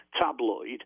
tabloid